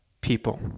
people